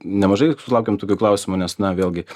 nemažai sulaukiam tokių klausimų nes na vėlgi